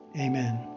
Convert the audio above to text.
Amen